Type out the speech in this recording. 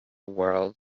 world